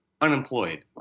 unemployed